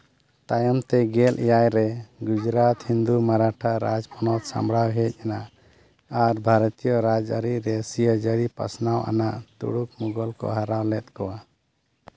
ᱛᱟᱭᱚᱢ ᱛᱮ ᱜᱮᱞ ᱮᱭᱟᱭ ᱨᱮ ᱜᱩᱡᱽᱨᱟᱴ ᱦᱤᱱᱫᱩ ᱢᱟᱨᱟᱴᱷᱟ ᱨᱟᱡᱽ ᱯᱚᱱᱚᱛ ᱥᱟᱢᱲᱟᱣ ᱦᱮᱡᱽ ᱮᱱᱟ ᱟᱨ ᱵᱷᱟᱨᱚᱛᱤᱭᱚ ᱨᱟᱡᱽᱟᱹᱨᱤ ᱨᱮ ᱥᱤᱭᱟᱹᱡᱟᱹᱨᱤ ᱯᱟᱥᱱᱟᱣ ᱟᱱᱟᱜ ᱛᱩᱲᱩᱠ ᱢᱩᱜᱷᱳᱞ ᱠᱚ ᱦᱟᱨᱟᱣ ᱞᱮᱫ ᱠᱚᱣᱟ